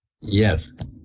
Yes